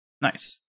Nice